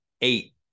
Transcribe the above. eight